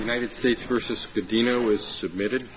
the united states versus the dino was submitted